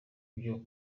ibyo